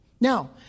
Now